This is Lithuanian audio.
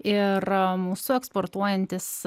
ir mūsų eksportuojantys